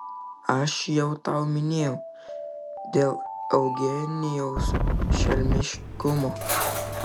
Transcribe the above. aš jau tau minėjau dėl eugenijaus šelmiškumo